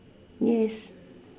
yes